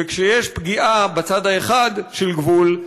כשיש פגיעה בצד האחד של הגבול,